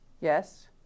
Yes